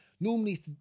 normally